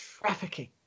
trafficking